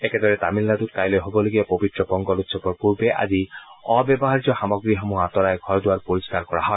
একেদৰে তামিলনাড়ত কাইলৈ হ'বলগীয়া পবিত্ৰ পোংগল উৎসৱৰ পূৰ্বে আজি অব্যৱহাৰ্য সামগ্ৰীসমূহ আঁতৰাই ঘৰ দুৱাৰ পৰিষ্ণাৰ কৰা হয়